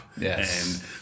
Yes